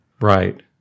Right